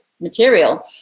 material